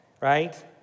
right